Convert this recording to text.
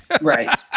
right